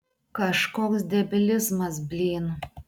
kažkoks debilizmas blyn